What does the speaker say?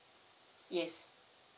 yes